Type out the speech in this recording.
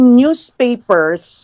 newspapers